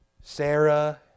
Sarah